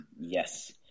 Yes